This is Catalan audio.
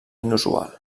inusual